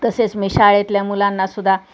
तसेच मी शाळेतल्या मुलांनासुद्धा